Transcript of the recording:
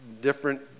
different